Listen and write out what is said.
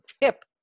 tip